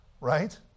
Right